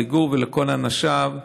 לגור ולכל אנשיו,